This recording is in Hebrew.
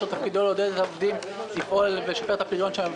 שתפקידו לעודד את העובדים לפעול בשיטת פריון.